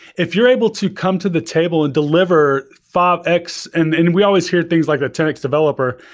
if you're able to come to the table and deliver five x, and and we always hear things like the ten x developer,